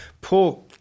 poor